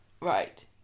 Right